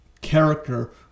character